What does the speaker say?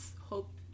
hope